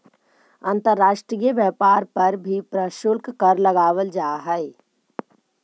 अंतर्राष्ट्रीय व्यापार पर भी प्रशुल्क कर लगावल जा हई